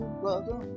brother